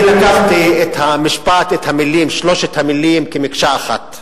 אני לקחתי את שלוש המלים כמקשה אחת.